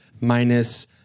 minus